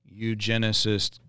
eugenicist